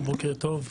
בוקר טוב.